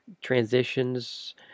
transitions